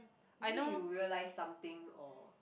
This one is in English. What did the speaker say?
is it you realise something or